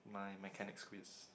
my mechanics quiz